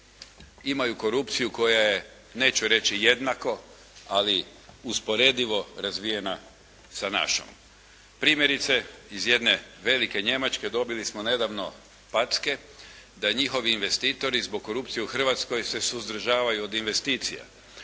imaju korupciju koja je neću reći jednako ali usporedivo razvijena sa našom. Primjerice, iz jedne velike Njemačke dobili smo nedavno packe da njihovi investitori zbog korupcije u Hrvatskoj se suzdržavaju od investicija.